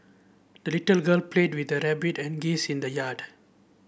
the little girl played with her rabbit and geese in the yard